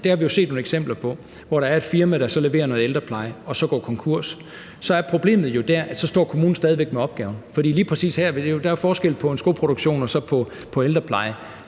har vi jo set nogle eksempler på, at der er et firma, der leverer noget ældrepleje og så går konkurs. Så er problemet jo der, at så står kommunen stadig væk med opgaven. Der er jo forskel på en skoproduktion og så på ældrepleje.